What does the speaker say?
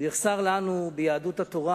הוא יחסר לנו ביהדות התורה,